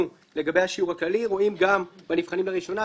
לגבי השיעור הכללי רואים גם בנבחנים לראשונה.